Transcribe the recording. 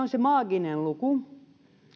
on se maaginen luku